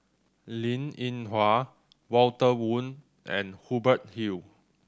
Linn In Hua Walter Woon and Hubert Hill